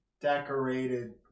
decorated